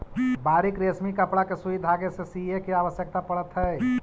बारीक रेशमी कपड़ा के सुई धागे से सीए के आवश्यकता पड़त हई